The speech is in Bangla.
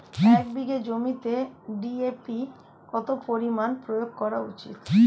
এক বিঘে জমিতে ডি.এ.পি কত পরিমাণ প্রয়োগ করা উচিৎ?